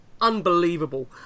unbelievable